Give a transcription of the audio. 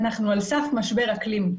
אנחנו על סף משבר אקלים.